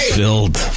filled